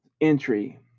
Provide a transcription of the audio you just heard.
entry